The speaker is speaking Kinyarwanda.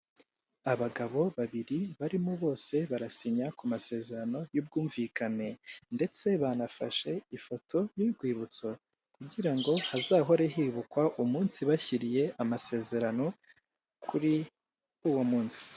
Abagabo babiri barimo bose barasinya ku masezerano y'ubwumvikane ndetse banafashe ifoto y'urwibutso kugira ngo hazahore hibukwa umunsi bashyiriye amasezerano kuri uwo munsi.